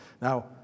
Now